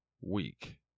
week